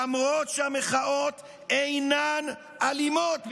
למרות שהמחאות אינן אלימות בעיקרן.